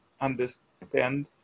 understand